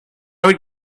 would